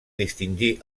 distingir